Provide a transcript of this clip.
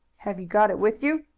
have you got it with you?